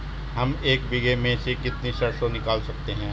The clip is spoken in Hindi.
हम एक बीघे में से कितनी सरसों निकाल सकते हैं?